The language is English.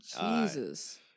Jesus